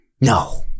No